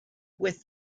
with